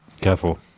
Careful